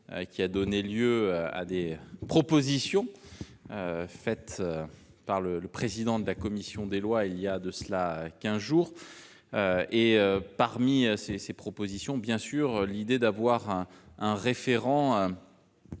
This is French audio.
qui a donné lieu à des propositions faites par le président de la commission des lois, il y a de cela 15 jours et parmi ces ces propositions, bien sûr, l'idée d'avoir un un référent